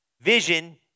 Vision